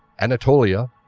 anatolia,